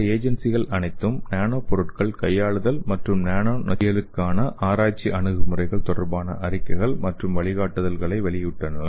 இந்த ஏஜென்சிகள் அனைத்தும் நானோ பொருட்கள் கையாளுதல் மற்றும் நானோ நச்சுயியலுக்கான ஆராய்ச்சி அணுகுமுறைகள் தொடர்பான அறிக்கைகள் மற்றும் வழிகாட்டுதல்களை வெளியிட்டுள்ளன